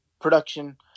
production